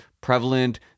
prevalent